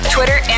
Twitter